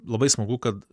labai smagu kad